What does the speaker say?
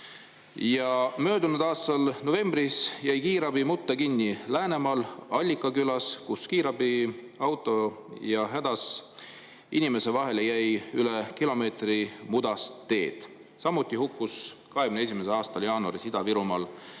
Möödunud aasta novembris jäi kiirabi mutta kinni Läänemaal Allika külas, kus kiirabiauto ja hädas inimese vahele jäi üle kilomeetri mudast teed. 2021. aasta jaanuaris hukkus Ida-Virumaal